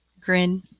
Grin